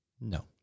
No